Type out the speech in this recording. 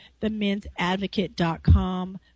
themen'sadvocate.com